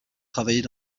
travailler